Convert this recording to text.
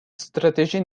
strateji